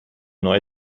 neue